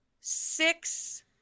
six